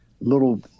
little